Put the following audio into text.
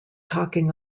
talking